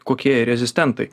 kokie jie rezistentai